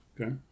Okay